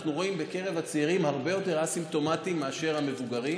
אנחנו רואים בקרב הצעירים הרבה יותר א-סימפטומטיים מאשר אצל המבוגרים,